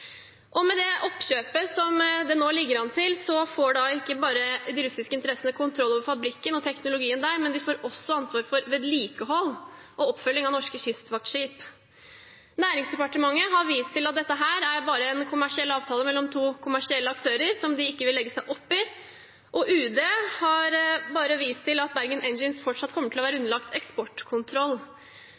Med det oppkjøpet som det nå ligger an til, får ikke bare de russiske interessene kontroll over fabrikken og teknologien der, men de får også ansvar for vedlikehold og oppfølging av norske kystvaktskip. Næringsdepartementet har bare vist til at dette er en kommersiell avtale mellom to kommersielle aktører som de ikke vil legge seg opp i, og UD har bare vist til at Bergen Engines fortsatt kommer til å være underlagt eksportkontroll.